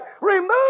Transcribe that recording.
remove